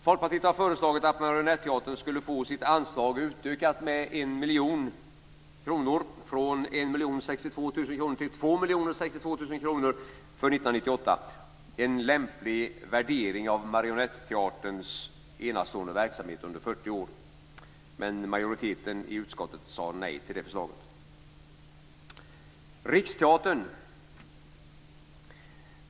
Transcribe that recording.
Folkpartiet har föreslagit att Marionetteatern skulle få sitt anslag utökat med 1 miljon kronor, från 1 062 000 kronor till 2 062 000 för 1998 - en lämplig värdering av Marionetteaterns enastående verksamhet under 40 år. Majoriteten i utskottet sade nej till det förslaget.